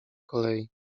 kolei